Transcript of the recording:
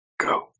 go